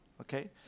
okay